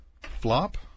flop